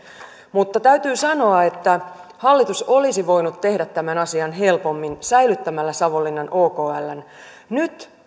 mutta täytyy sanoa että hallitus olisi voinut tehdä tämän asian helpommin säilyttämällä savonlinnan okln nyt